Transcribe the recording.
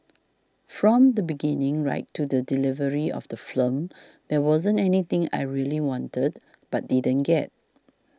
from the beginning right to the delivery of the film there wasn't anything I really wanted but didn't get